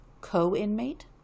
co-inmate